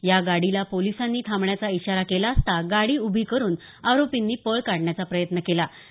या गाडीला पोलिसांनी थांबण्याचा इशारा केला असता गाडी उभी करून आरोपींनी पळ काढण्याचा प्रयत्न केला होता